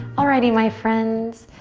alrighty my friends,